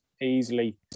easily